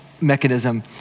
mechanism